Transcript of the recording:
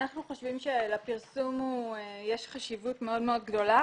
אנחנו חושבים שלפרסום יש חשיבות מאוד מאוד גדולה.